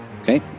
Okay